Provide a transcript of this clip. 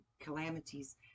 calamities